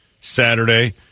Saturday